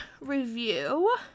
review